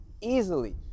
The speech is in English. easily